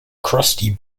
crusty